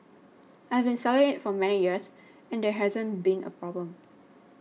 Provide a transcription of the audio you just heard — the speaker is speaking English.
I have been selling it for many years and there hasn't been a problem